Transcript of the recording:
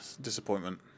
disappointment